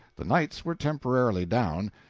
the knights were temporarily down,